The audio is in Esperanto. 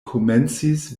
komencis